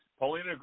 Paulina